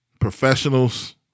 professionals